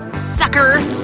sucker!